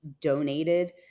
donated